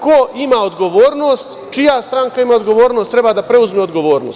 Ko ima odgovornost, čija stranka ima odgovornost treba da preuzme odgovornost.